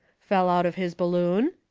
fell out of his balloon?